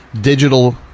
Digital